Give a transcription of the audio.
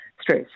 stress